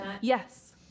Yes